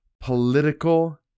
political